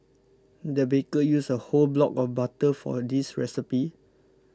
the baker used a whole block of butter for this recipe